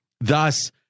Thus